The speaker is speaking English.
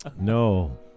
No